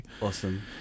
Awesome